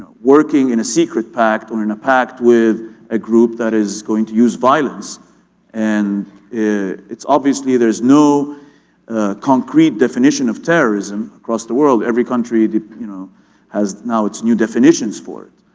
working in a secret pact or in a pact with a group that is going to use violence and it's obviously there's no concrete definition of terrorism across the world. every country you know has now its new definitions for it.